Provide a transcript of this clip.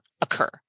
occur